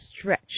stretch